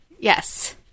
Yes